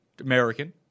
American